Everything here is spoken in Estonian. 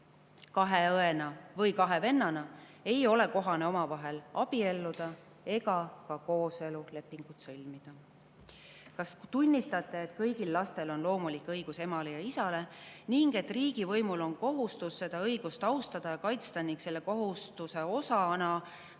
kahe õena või kahe vennana, ei ole kohane omavahel abielluda ega ka kooselulepingut sõlmida. Kas tunnistate, et kõigil lastel on loomulik õigus emale ja isale ning et riigivõimul on kohustus seda õigust austada ja kaitsta ning selle kohustuse osana ka